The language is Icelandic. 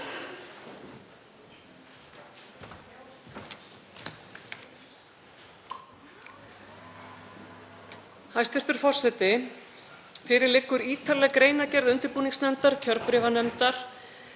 Hæstv. forseti. Fyrir liggur ítarleg greinargerð undirbúningsnefndar kjörbréfanefndar